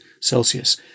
Celsius